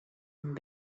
amb